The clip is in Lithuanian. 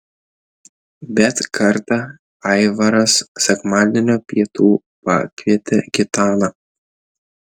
bet kartą aivaras sekmadienio pietų pakvietė gitaną